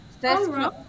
first